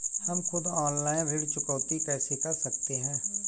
हम खुद ऑनलाइन ऋण चुकौती कैसे कर सकते हैं?